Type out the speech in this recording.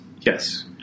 Yes